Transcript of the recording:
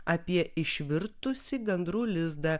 apie išvirtusį gandrų lizdą